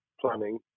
planning